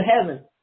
heaven